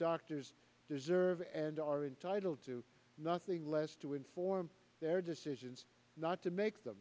doctors deserve and are entitled to nothing less to inform their decisions not to make them